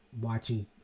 watching